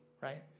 Right